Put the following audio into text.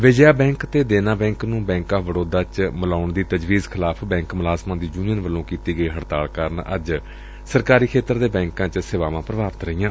Vijaya bank ਅਤੇ Dena bank ਨੂੰ bank of Baroda ਨਾਲ ਮਿਲਾਉਣ ਦੀ ਤਜਵੀਜ਼ ਖਿਲਾਫ਼ ਬੈ'ਕ ਮੁਲਾਜ਼ਮਾਂ ਦੀ ਯੁਨੀਅਨ ਵੱਲੋ' ਕੀਤੀ ਗਈ ਹੜਤਾਲ ਕਾਰਨ ਅੱਜ ਸਰਕਾਰੀ ਖੇਤਰ ਦੇ ਬੈ'ਕਾਂ 'ਚ ਸੇਵਾਵਾਂ ਪ੍ਰਭਾਵਿਤ ਰਹੀਆਂ